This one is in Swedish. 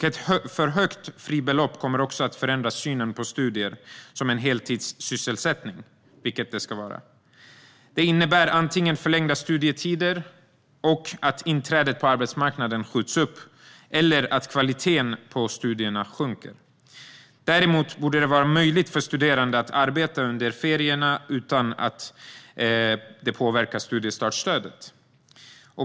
Ett för högt fribelopp kommer också att förändra synen på studier som en heltidssysselsättning, vilket de ska vara. Det innebär antingen förlängda studier och att inträdet på arbetsmarknaden skjuts upp eller att kvaliteten på studierna sjunker. Däremot borde det vara möjligt för studerande att arbeta under ferierna utan att det påverkar studiestartsstödet.